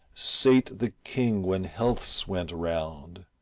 sate the king when healths went round.